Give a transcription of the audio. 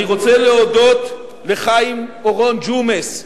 אני רוצה להודות לחיים אורון, ג'ומס,